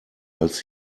als